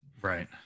Right